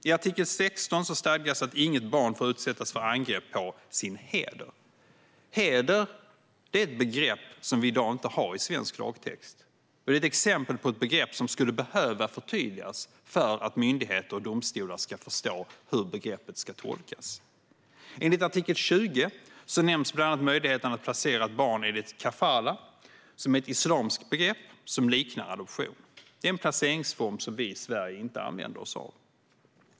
I artikel 16 stadgas att inget barn får utsättas för angrepp på sin heder. "Heder" är ett begrepp som vi i dag inte har i svensk lagtext, och det är ett exempel på ett begrepp som skulle behöva förtydligas för att myndigheter och domstolar ska förstå hur det ska tolkas. I artikel 20 nämns bland annat möjligheten att placera ett barn enligt kafalah, som är ett islamiskt begrepp som liknar adoption. Det är en placeringsform som vi i Sverige inte använder oss av.